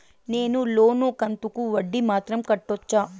నేను లోను కంతుకు వడ్డీ మాత్రం కట్టొచ్చా?